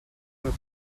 were